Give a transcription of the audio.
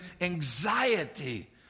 anxiety